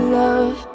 love